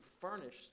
furnish